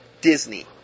Disney